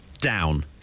Down